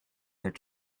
their